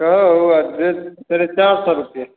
कहे वही डेढ़ साढ़े चार सौ रुपये